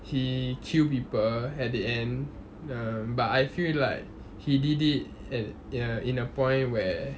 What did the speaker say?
he kill people at the end uh but I feel like he did it at uh in a point where